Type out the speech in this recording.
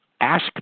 ask